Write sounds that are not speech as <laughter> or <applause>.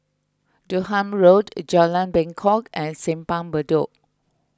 Durham Road <unintelligible> Bengkok and Simpang Bedok